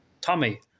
Tommy